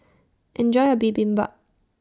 Enjoy your Bibimbap